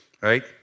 Right